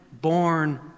born